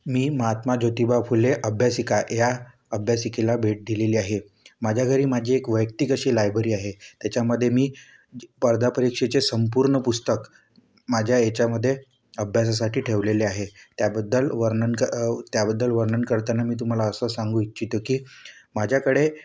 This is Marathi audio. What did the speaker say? मी महात्मा ज्योतिबा फुले अभ्यासिका या अभ्यासिकेला भेट दिलेली आहे माझ्या घरी माझी एक वैयक्तिक अशी लायबरी आहे त्याच्यामध्ये मी स्पर्धा परीक्षेचे संपूर्ण पुस्तक माझ्या ह्याच्यामध्ये अभ्यासासाठी ठेवलेले आहे त्याबद्दल वर्णन त्याबद्दल वर्णन करताना मी तुम्हाला असं सांगू इच्छितो की माझ्याकडे